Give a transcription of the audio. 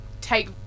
take